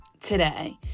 today